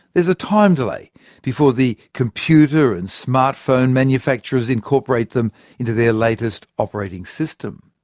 there's a time delay before the computer and smartphone manufacturers incorporate them into their latest operating system.